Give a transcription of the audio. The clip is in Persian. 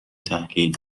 تحلیل